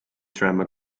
drama